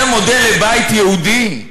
זה מודל לבית יהודי?